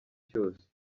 cyose